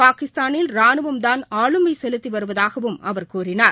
பாகிஸ்தானில் ராணுவம்தான் ஆளுமை செலுத்தி வருவதாகவும் அவர் கூறினார்